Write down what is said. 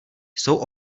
jsou